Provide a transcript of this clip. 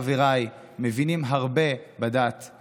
מקווה, לא פחות משאת צריכה להיות מודאגת ממנו.